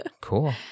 cool